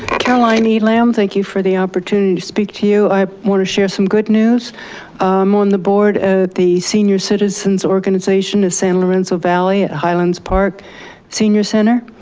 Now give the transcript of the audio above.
caroline needlam, thank you for the opportunity to speak to you. i want to share some good news. i'm on the board of the senior citizens' organization of san lorenzo valley at highlands park senior center.